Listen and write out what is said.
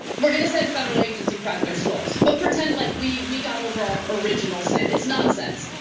we're gonna send federal agents and crack their skulls, but pretend like we we got over our original sin, it's nonsense.